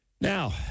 Now